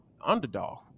underdog